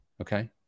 Okay